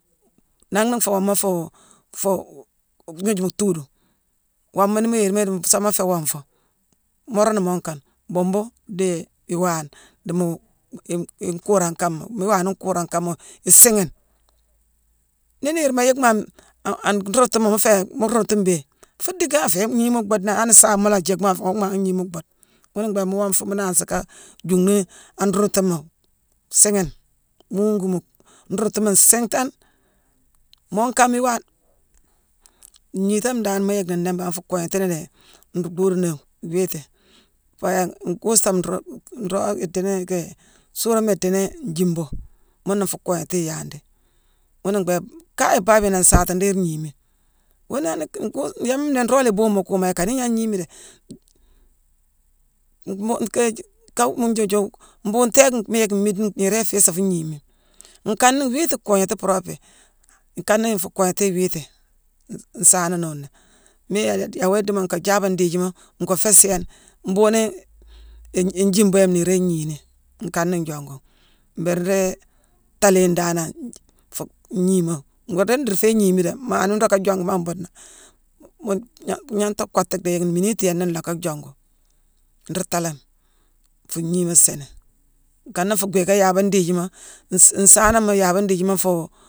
Nangh na nféé womma fuu-fuu-gnoojuma tuudu. Womma nii mu yéye idiimo nsaama féé wongfu, moorani moonkane: bhuumbu, dii iwaane, diimu-i-i-ikuurakama. Mii iwaane nkuurakama isiighine. Niirma yick an-an nruundutuma mu féé mu ruundutu mbéé, fuu dick aféé gnii mu bhuudena. Ani saama loo-a jickmo-afé-awoo mhaaghé gnii mhu bhuudena. Ghuna mbhké mu wongfu mu nanghsi ka juunni an nruundutuma, siighine, mu wuungu mu nruudutuma siinghtane, moo kangh mii iwaa-ngnitama dan mu yick ni nnéé mbangh nfuu koognéétini nii nruu dhoodunuwu wiiti, nféé yaa nkuusame nruu-nroog-idiini yicki, suurooma idiini njiimbo, muna nfuu koognééti iyanghdi. Ghuna mbhééké-kayebabiyone an saaté ndii igniimi. Wuune han-k-ku-yéme nnéé nroog la ibuumi kuunangh. Maa ikane ignaa gniimi déé. M-ké-ji-kawu-mu-ju-ju-mbuutééck mu yick mmiide niirane iféé sa fuu gniimi. Nkane iwiiti nkoognééti puropi. Nkana nfuu kognééti iwiiti. Nsa-nsaananowu nnéé. Mu la yééye yéwoyé diimo nka jaaba ndiijima ngoo féé sééne, mbhuughuni i-ijimbi yame niirane igniini ni, nkana njongu ghi, mbhiri nrii taalééne danane-n-fu-ngniima. Ngoo dii nruu féé gniimi déé. Maa nii nruu locka jongumi an buudena-mu-gna-gnanghta kottu dhi yicki mmiinite yame nlaacka jongu, nruu taalame fuu gniima siini. Nkana nfuu bhiiké yaabéé ndiijima nsaa-nsaanoma yaabé ndiijima nfuu